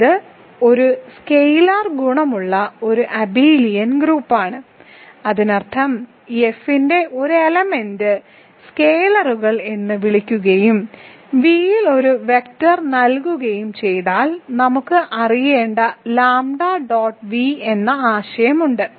ഇത് ഒരു സ്കെയിലർ ഗുണനമുള്ള ഒരു അബെലിയൻ ഗ്രൂപ്പാണ് അതിനർത്ഥം F ന്റെ ഒരു എലമെന്റ് സ്കേലറുകൾ എന്ന് വിളിക്കുകയും V ൽ ഒരു വെക്റ്റർ നൽകുകയും ചെയ്താൽ നമുക്ക് അറിയേണ്ടത് ലാംഡ ഡോട്ട് വി എന്ന ആശയം ഉണ്ട്